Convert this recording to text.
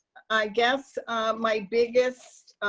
i guess my biggest